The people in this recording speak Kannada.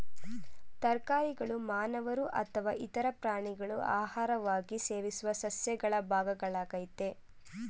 ತರಕಾರಿಗಳು ಮಾನವರು ಅಥವಾ ಇತರ ಪ್ರಾಣಿಗಳು ಆಹಾರವಾಗಿ ಸೇವಿಸುವ ಸಸ್ಯಗಳ ಭಾಗಗಳಾಗಯ್ತೆ